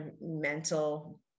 mental